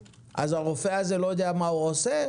אז הרופא הזה לא יודע מה הוא עושה?